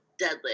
deadlift